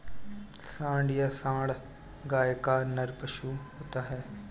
सांड या साँड़ गाय का नर पशु होता है